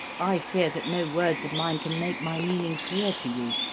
i fear that no words of mine can make my meaning clear to you.